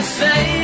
say